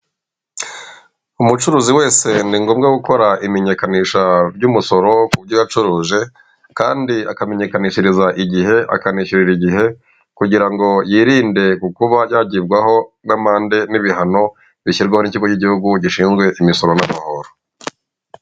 Umucuruzi wese ni ngombwa gukora imenyekanisha ry'umusoro ku byo yacuruje kandi akamenyekanishiriza igihe akanishyurira igihe kugira ngo yirinde ku kuba yagirwaho n'amande n'ibihano bishyirwaho n'ikigo k'igihugu gishinzwe imisoro n'amahoro.